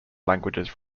languages